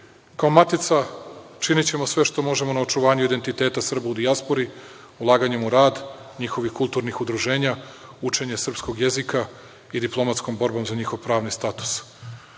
matica činićemo sve što možemo na očuvanju identiteta Srba u dijaspori ulaganjem u rad njihovih kulturnih udruženja, učenje srpskog jezika i diplomatskom borbom za njihov pravni status.